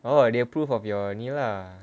oh they approve of your ni lah